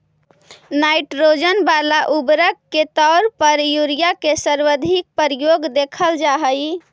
nitrogen वाला उर्वरक के तौर पर यूरिया के सर्वाधिक प्रयोग देखल जा हइ